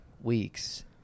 weeks